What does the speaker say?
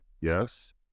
Yes